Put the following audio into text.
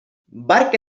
barca